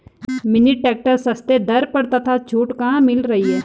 Mini tractor सस्ते दर पर तथा छूट कहाँ मिल रही है?